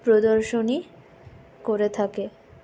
প্রদর্শনী করে থাকে